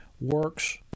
works